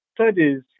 studies